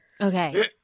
Okay